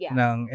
ng